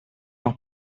noch